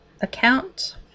account